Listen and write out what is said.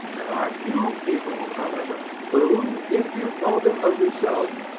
there are few people, however, who, if you told them a result,